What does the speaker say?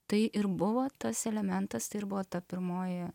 tai ir buvo tas elementas ir buvo ta pirmoji